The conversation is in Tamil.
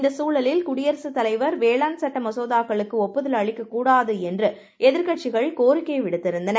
இந்தசூழலில் குடியரசுதலைவர் வேளாண்சட்டமசோதாக்களுக்குஒப்புதல்அளிக்கக்கூடா துஎன்றுஎதிர்க்கட்சிகள்கோரிக்கைவிடுத்திருக்கின்றன